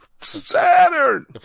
Saturn